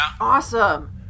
Awesome